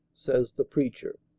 says the preacher.